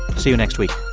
see you next week